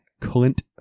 Clint